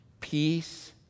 peace